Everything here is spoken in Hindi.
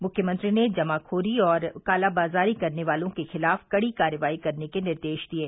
मुख्यमंत्री ने जमाखोरी और कालाबाजारी करने वालों के खिलाफ कड़ी कार्रवाई करने के निर्देश दिये